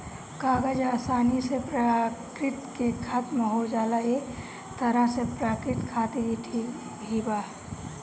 कागज आसानी से प्रकृति में खतम हो जाला ए तरह से प्रकृति खातिर ई ठीक भी बा